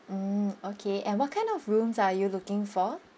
mm okay and what kind of rooms are you looking for